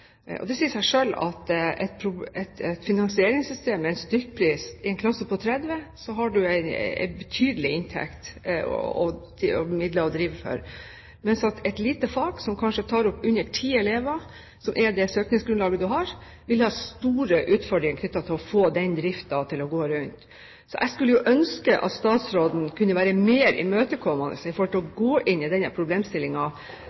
Det sier seg selv at med et finansieringssystem med en stykkpris har man i en klasse på 30 en betydelig inntekt og midler å drive for, mens man i et lite fag, hvor man kanskje tar opp under ti elever – som er det søkningsgrunnlaget man har – vil ha store utfordringer knyttet til å få den driften til å gå rundt. Jeg skulle ønske at statsråden kunne være mer imøtekommende med hensyn til å